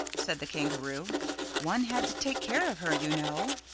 said the kangaroo one had to take care of her, you know.